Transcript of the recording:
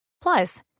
Plus